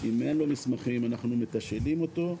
אם אין לו מסמכים אנחנו מתשאלים אותו.